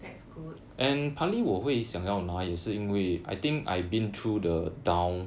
that's good